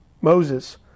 Moses